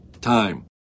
time